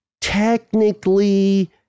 technically